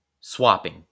swapping